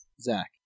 zach